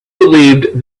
believed